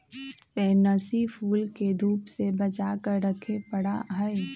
pansy फूल के धूप से बचा कर रखे पड़ा हई